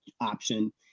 option